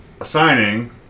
assigning